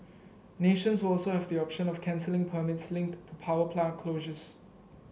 nations will also have the option of cancelling permits linked to power plant closures